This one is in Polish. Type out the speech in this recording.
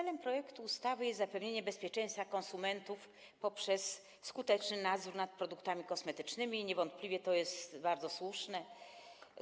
Celem projektu ustawy jest zapewnienie bezpieczeństwa konsumentów poprzez skuteczny nadzór nad produktami kosmetycznymi i niewątpliwie to jest bardzo słuszny cel.